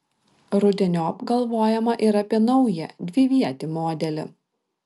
rudeniop galvojama ir apie naują dvivietį modelį